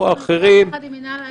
אצלי במשרד ביחד עם המינהל האזרחי.